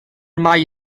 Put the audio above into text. mai